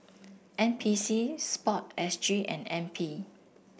N P C sport S G and N P